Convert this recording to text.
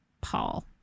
Paul